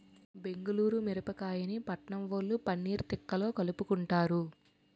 బెంగుళూరు మిరపకాయని పట్నంవొళ్ళు పన్నీర్ తిక్కాలో కలుపుకుంటారు